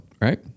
Right